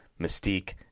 Mystique